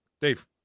Dave